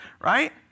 right